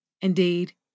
indeed